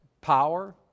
power